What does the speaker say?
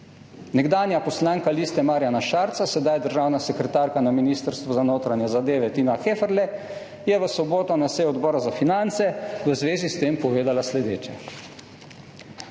Nekdanja poslanka Liste Marjana Šarca, sedaj državna sekretarka na Ministrstvu za notranje zadeve Tina Heferle je v soboto na seji Odbora za finance v zvezi s tem povedala naslednje: